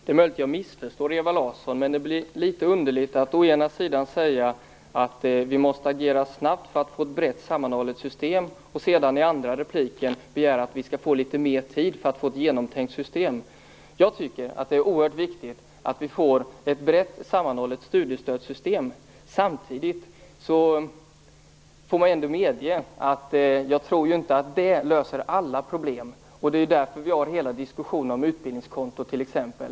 Herr talman! Det är möjligt att jag missförstår Ewa Larsson, men jag tycker att det är underligt att å ena sidan säga att vi måste agera snabbt för att få ett brett sammanhållet system och å andra sidan, i andra repliken, begära att vi skall få litet mer tid för att få ett genomtänkt system. Jag tycker att det är oerhört viktigt att vi får ett brett sammanhållet studiestödssystem. Samtidigt får jag ändå medge att jag inte tror att det löser alla problem. Det är därför vi diskuterar utbildningskonto, t.ex.